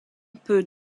peut